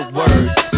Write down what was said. words